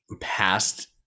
past